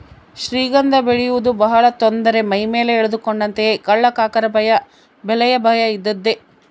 ಶ್ರೀಗಂಧ ಬೆಳೆಯುವುದು ಬಹಳ ತೊಂದರೆ ಮೈಮೇಲೆ ಎಳೆದುಕೊಂಡಂತೆಯೇ ಕಳ್ಳಕಾಕರ ಭಯ ಬೆಲೆಯ ಭಯ ಇದ್ದದ್ದೇ